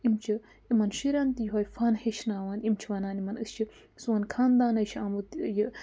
یِم چھِ یِمَن شُرٮ۪ن تہِ یِہوٚے فَن ہیٚچھناوان یِم چھِ وَنان یِمَن أسۍ چھِ سون خاندانَے چھُ آمُت یہِ